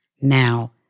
Now